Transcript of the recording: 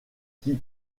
qui